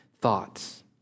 thoughts